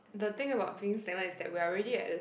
the thing about being stagnant is that we're already at a